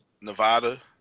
Nevada